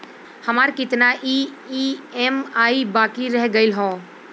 हमार कितना ई ई.एम.आई बाकी रह गइल हौ?